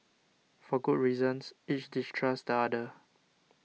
for good reasons each distrusts the other